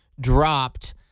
dropped